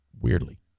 weirdly